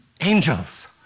angels